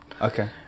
Okay